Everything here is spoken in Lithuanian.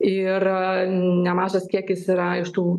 ir nemažas kiekis yra iš tų